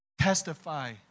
testify